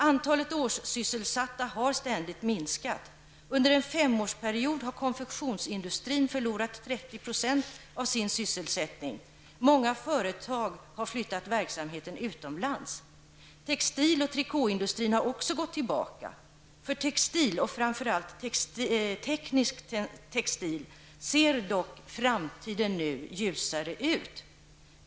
Antalet årssysselsatta har ständigt minskat. Under den femårsperiod har konfektionsindustrin förlorat 30 % av sin sysselsättning. Många företag har flyttat verksamheten utomlands. Textil och trikåindustrin har också gått tillbaka. För textil och framför allt teknisk textil ser dock framtiden nu ljusare ut.